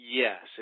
yes